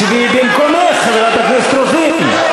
שבי במקומך, חברת הכנסת רוזין.